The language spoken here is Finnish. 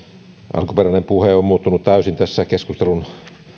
alkuperäinen puhe on muuttunut täysin tässä keskustelun